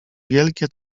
wielkie